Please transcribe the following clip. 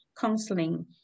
counseling